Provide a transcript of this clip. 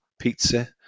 pizza